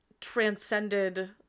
transcended